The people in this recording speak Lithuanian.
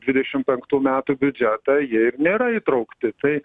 dvidešimt penktų metų biudžetą jie ir nėra įtraukti tai